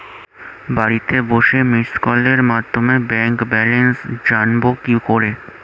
বাড়িতে বসে মিসড্ কলের মাধ্যমে ব্যাংক ব্যালেন্স জানবো কি করে?